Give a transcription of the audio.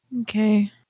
okay